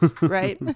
right